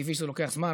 וזה טבעי שזה לוקח זמן,